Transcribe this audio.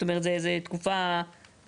זאת אומרת, זאת תקופה ארוכה.